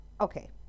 Okay